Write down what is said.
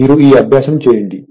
మీరు ఈ అభ్యాసం చేయండి